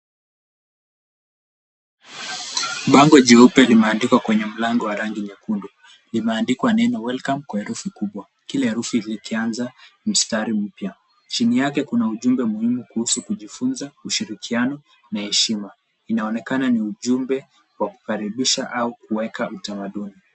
Bango jeupe limeandikwa kwenye mlango wa rangi nyekundu. Limeandikwa neno welcome kwa herufi kubwa. Kila herufi likianza mstari mpya. Chini yake kuna ujumbe muhimu kuhusu kujifunza, ushirikiano,l na heshima. Inaonekana ni ujumbe wa kukaribisha au kuweka utamaduni.